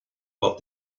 what